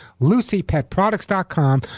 LucyPetProducts.com